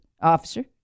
officer